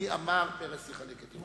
מי אמר: "פרס יחלק את ירושלים".